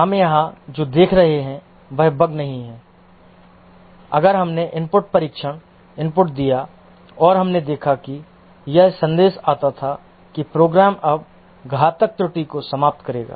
हम यहां जो देख रहे हैं वह बग नहीं है अगर हमने इनपुट परीक्षण इनपुट दिया और हमने देखा कि यह संदेश आया था कि प्रोग्राम अब घातक त्रुटि को समाप्त करेगा